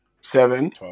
seven